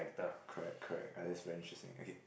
correct correct uh that's very interesting okay